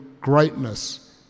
greatness